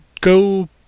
Go